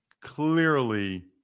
clearly